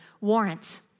warrants